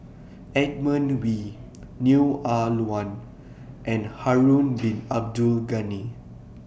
Edmund Wee Neo Ah Luan and Harun Bin Abdul Ghani